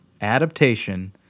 adaptation